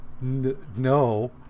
no